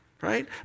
right